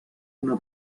una